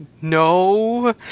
no